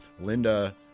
Linda